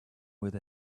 with